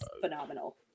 phenomenal